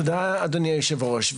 תודה אדוני היושב ראש.